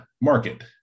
market